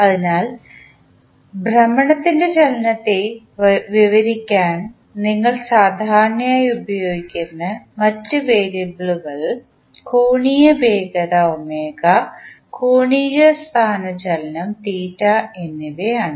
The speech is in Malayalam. അതിനാൽ ഭ്രമണത്തിൻറെ ചലനത്തെ വിവരിക്കാൻ നിങ്ങൾ സാധാരണയായി ഉപയോഗിക്കുന്ന മറ്റ് വേരിയബിളുകൾ കോണീയ വേഗത കോണീയ സ്ഥാനചലനം എന്നിവയാണ്